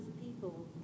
people